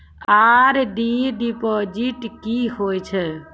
RD deposit की होय छै?